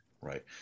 Right